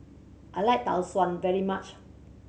I like Tau Suan very much